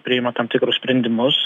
priima tam tikrus sprendimus